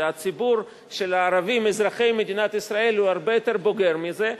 שהציבור של הערבים אזרחי מדינת ישראל הוא הרבה יותר בוגר מזה,